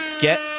Get